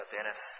Dennis